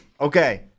Okay